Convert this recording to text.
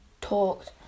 talked